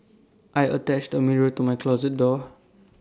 I attached A mirror to my closet door